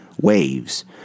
waves